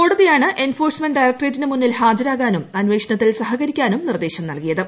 കോടതിയാണ് എൻഫോഴ്സ്മെന്റ് ഡയറക്ട്രേറ്റിന് മുന്നിൽ ഹാജരാകാനും അന്വേഷണത്തിൽ സഹകരിക്കാനും നിർദ്ദേശം നൽകിയത്